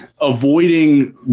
avoiding